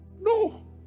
No